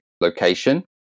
location